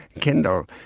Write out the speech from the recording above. Kindle